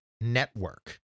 Network